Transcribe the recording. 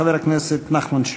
חבר הכנסת נחמן שי.